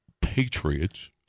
Patriots